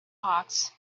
hawks